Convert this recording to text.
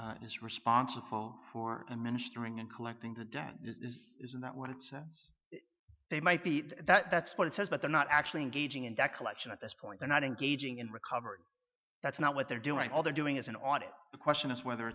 this responsible for and ministering and collecting the debt isn't that what it's they might be that that's what it says but they're not actually engaging in debt collection at this point they're not engaging in recovery that's not what they're doing all they're doing is an audit the question is whether